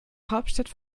hauptstadt